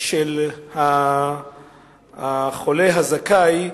של החולה הזכאי,